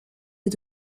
est